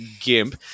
gimp